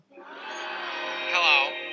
Hello